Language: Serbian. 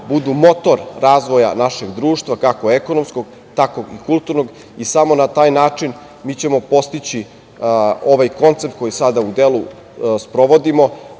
budu motor razvoja našeg društva, kako ekonomskog, tako i kulturnog. Samo na taj način mi ćemo postići ovaj koncept koji sada u delu sprovodimo,